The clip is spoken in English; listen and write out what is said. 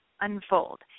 unfold